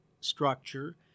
structure